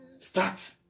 Start